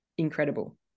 Incredible